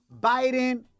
Biden